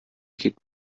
geht